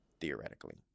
theoretically